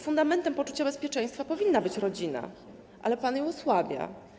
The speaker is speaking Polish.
Fundamentem poczucia bezpieczeństwa powinna być rodzina, ale pan ją osłabia.